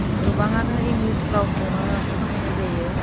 गोबाङानो इंग्लिश रावखौनो बाहायनाय जायो